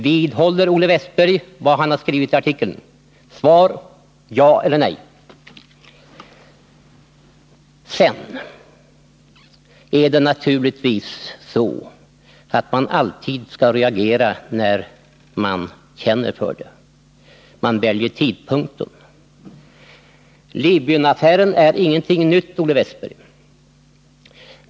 Vidhåller Olle Wästberg vad han sagt i den artikeln? Ja eller nej? Naturligtvis är det så att man alltid skall reagera när man känner för det. Man väljer tidpunkten. Libyenaffären är ingenting nytt, Olle Wästberg.